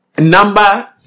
Number